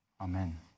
Amen